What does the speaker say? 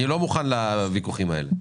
אני לא מוכן לוויכוחים האלה.